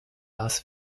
las